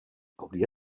hauria